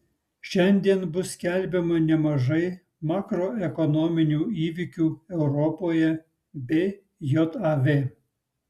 šiandien bus skelbiama nemažai makroekonominių įvykių europoje bei jav